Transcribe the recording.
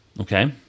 Okay